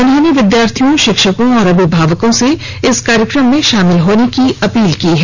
उन्होंने विद्यार्थियों शिक्षकों एवं अभिभावकों से इस कार्यक्रम में शामिल होने की अपील की है